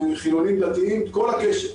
חילוניים-דתיים, כל הקשת.